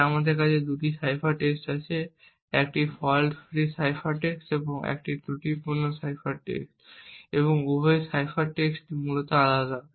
তাই আমাদের কাছে দুটি সাইফার টেক্সট আছে একটি ফল্ট ফ্রি সাইফার টেক্সট এবং একটি ত্রুটিপূর্ণ সাইফার টেক্সট এবং উভয় সাইফার টেক্সটই মূলত আলাদা